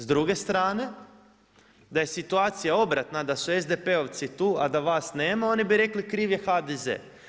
S druge strane, da je situacija obratna, da su SDP-ovci tu a da vas nema, oni bi rekli, kriv je HDZ.